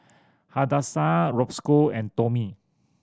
Hadassah Roscoe and Tomie